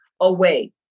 away